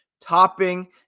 topping